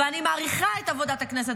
ואני מעריכה את עבודת הכנסת